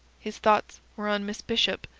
his thoughts were on miss bishop,